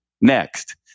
next